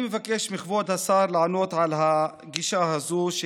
אני מבקש מכבוד השר לענות על הגישה הזאת שהצגתי,